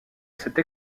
cette